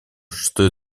что